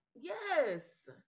yes